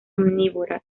omnívora